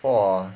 !wah!